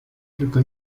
tylko